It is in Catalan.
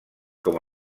com